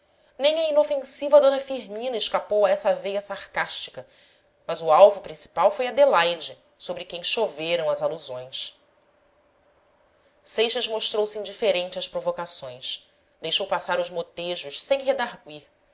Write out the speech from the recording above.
nem a inofensiva d firmina escapou a essa veia sarcástica mas o alvo principal foi adelaide sobre quem choveram as alusões seixas mostrou-se indiferente às provocações deixou passar os motejos sem redargüir